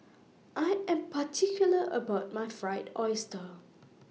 I Am particular about My Fried Oyster